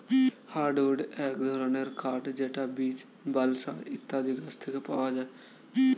hardwood এক ধরনের কাঠ যেটা বীচ, বালসা ইত্যাদি গাছ থেকে পাওয়া যায়